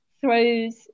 throws